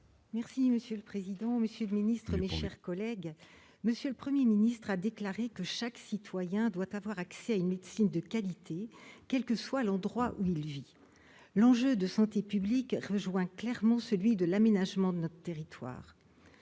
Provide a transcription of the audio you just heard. Mercier. Monsieur le président, monsieur le ministre, mes chers collègues, M. le Premier ministre a déclaré que chaque citoyen devait avoir accès à une médecine de qualité, quel que soit l'endroit où il vit. À cet égard, l'enjeu de santé publique rejoint clairement celui de l'aménagement de notre territoire.